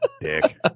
Dick